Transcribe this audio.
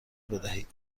بدهید